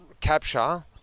capture